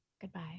goodbye